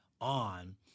on